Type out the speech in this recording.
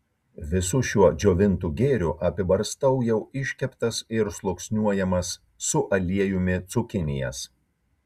visu šiuo džiovintu gėriu apibarstau jau iškeptas ir sluoksniuojamas su aliejumi cukinijas